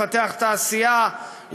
לפתח תעשייה,